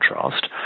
contrast